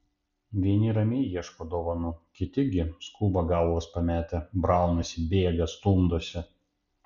vieni ramiai ieško dovanų kiti gi skuba galvas pametę braunasi bėga stumdosi